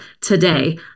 today